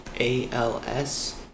ALS